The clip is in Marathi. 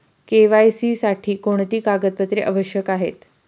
के.वाय.सी साठी कोणती कागदपत्रे आवश्यक आहेत?